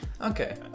Okay